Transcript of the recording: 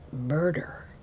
murder